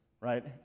right